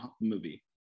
movie